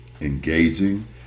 engaging